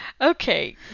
Okay